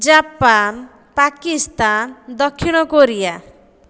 Japan Pakistan ଦକ୍ଷିଣ Korea